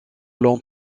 l’on